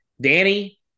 Danny